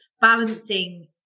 balancing